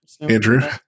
Andrew